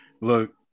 Look